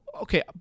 Okay